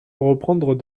reprendre